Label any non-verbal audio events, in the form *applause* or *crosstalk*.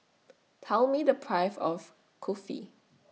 *noise* Tell Me The Price of Kulfi